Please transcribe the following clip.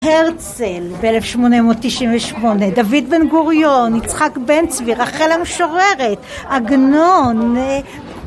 הרצל ב-1898, דוד בן גוריון, יצחק בן צבי, רחל המשוררת, עגנון